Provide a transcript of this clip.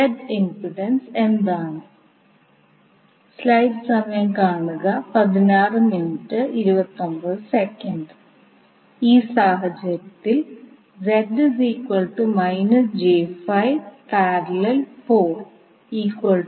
സർക്യൂട്ടിൽ ഉള്ള and ഇൻറെ മൂല്യം കണ്ടെത്താൻ ആവശ്യപ്പെടുന്ന മറ്റൊരു ഉദാഹരണം നോക്കാം